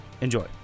Enjoy